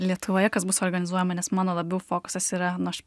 lietuvoje kas bus organizuojama nes mano labiau fokusas yra nu aš